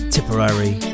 Tipperary